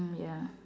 ya